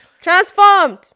Transformed